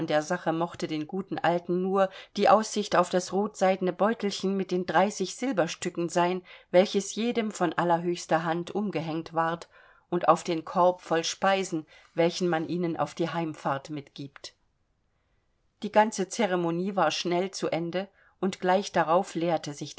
der sache mochte den guten alten nur die aussicht auf das rotseidene beutelchen mit den dreißig silberstücken sein welches jedem von allerhöchster hand umgehängt wird und auf den korb voll speisen welchen man ihnen auf die heimfahrt mitgibt die ganze ceremonie war schnell zu ende und gleich darauf leerte sich